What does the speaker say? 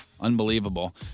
Unbelievable